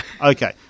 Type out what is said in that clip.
Okay